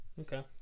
Okay